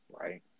Right